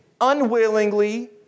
unwillingly